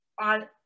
on